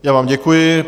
Já vám děkuji.